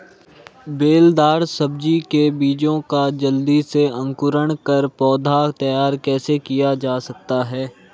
बेलदार सब्जी के बीजों का जल्दी से अंकुरण कर पौधा तैयार कैसे किया जा सकता है?